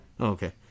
Okay